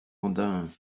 rodin